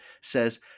says